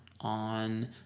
on